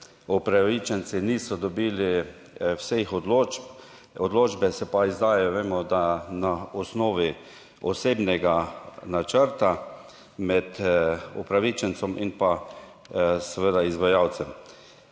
upravičenci niso dobili vseh odločb. Odločbe se pa izdajajo, vemo, da na osnovi osebnega načrta med upravičencem in pa seveda izvajalcem.